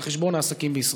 על חשבון העסקים בישראל.